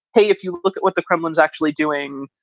hey, if you look at what the kremlin is actually doing,